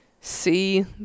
see